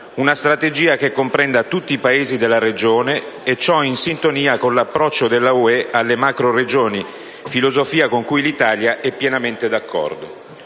e lo Ionio, che comprenda tutti i Paesi della regione e ciò in sintonia con l'approccio dell'Unione europea alle macroregioni, filosofia con cui l'Italia è pienamente d'accordo.